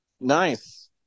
nice